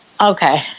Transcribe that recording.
okay